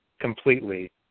completely